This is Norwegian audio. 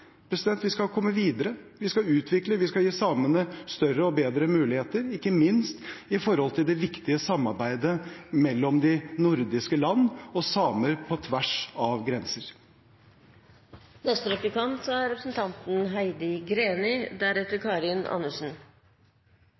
Vi skal komme videre, vi skal utvikle, vi skal gi samene større og bedre muligheter, ikke minst når det gjelder det viktige samarbeidet mellom de nordiske land og mellom samer på tvers av grenser. Som jeg ga uttrykk for i innlegget mitt, er